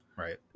Right